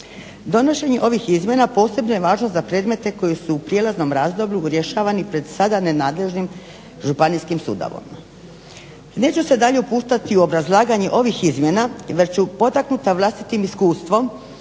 Donošenje ovih izmjena posebno je važno za predmete koje su u prijelaznom razdoblju rješavani pred sada nenadležnim županijskim sudom. Neću se dalje upuštati u obrazlaganje ovih izmjena već ću potaknuta vlastitim iskustvom